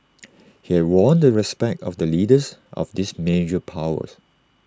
he had won the respect of the leaders of these major powers